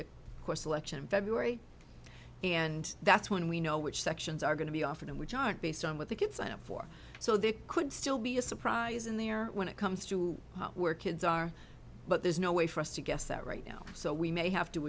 the core selection in february and that's when we know which sections are going to be offered and which aren't based on what the kids sign up for so there could still be a surprise in there when it comes to where kids are but there's no way for us to guess that right now so we may have to